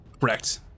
Correct